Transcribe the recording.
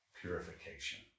purification